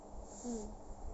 mm